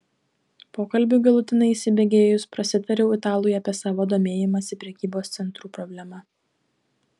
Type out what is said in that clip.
pokalbiui galutinai įsibėgėjus prasitariau italui apie savo domėjimąsi prekybos centrų problema